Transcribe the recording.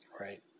Right